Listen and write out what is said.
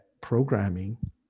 programming